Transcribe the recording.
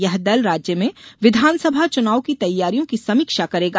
यह दल राज्य में विधानसभा चुनाव की तैयारियों की समीक्षा करेगा